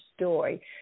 story